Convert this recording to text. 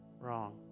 wrong